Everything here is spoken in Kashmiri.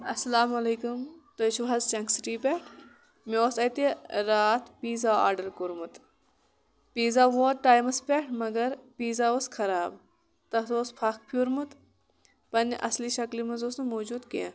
السلام علیکُم تُہۍ چھِو حظ چنٛک سِٹی پٮ۪ٹھ مےٚ اوس اَتہِ رٲتھ پیٖزا آڈر کورمُت پیٖزا ووت ٹایمَس پٮ۪ٹھ مَگر پیٖزا اوس خراب تَتھ اوس پھکھ پھیوٗرمُت پَنٕنہِ اَصلی شکلہ منٛز اوس نہٕ موٗجوٗد کیٚنٛہہ